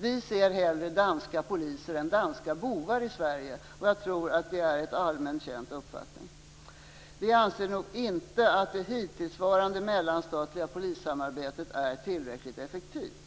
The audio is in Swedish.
Vi ser hellre danska poliser än danska bovar i Sverige. Jag tror att det är en allmän uppfattning. Vi anser dock inte att det hittillsvarande mellanstatliga polissamarbetet är tillräcklig effektivt.